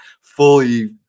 fully